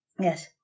Yes